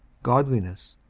godliness,